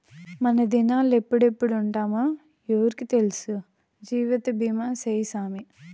మనదినాలెప్పుడెప్పుంటామో ఎవ్వురికి తెల్సు, జీవితబీమా సేయ్యి సామీ